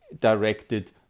directed